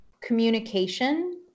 communication